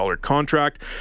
contract